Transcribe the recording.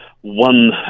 one